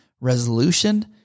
resolution